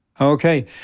Okay